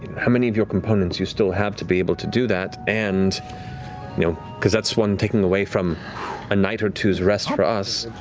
many of your components you still have to be able to do that. and you know because that's one taking away from a night or two's rest for us,